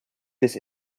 this